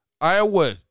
Iowa